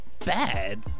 bad